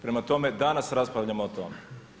Prema tome, danas raspravljamo o tome.